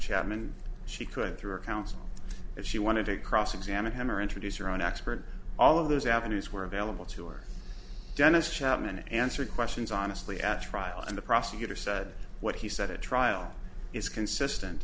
chapman she could through a counsel if she wanted to cross examine him or introduce her own expert all of those avenues were available to or dennis chapman answered questions honestly at trial and the prosecutor said what he said a trial is consistent